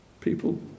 people